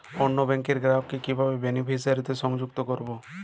অন্য ব্যাংক র গ্রাহক কে কিভাবে বেনিফিসিয়ারি তে সংযুক্ত করবো?